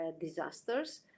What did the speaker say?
disasters